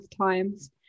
times